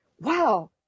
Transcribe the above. wow